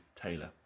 Taylor